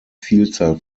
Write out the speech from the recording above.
vielzahl